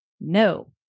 No